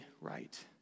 right